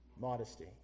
Modesty